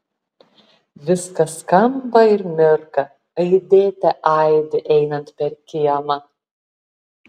viskas skamba ir mirga aidėte aidi einant per kiemą